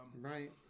Right